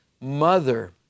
mother